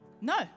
No